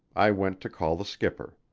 i went to call the skipper.